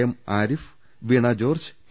M Arif Veena George P